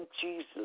Jesus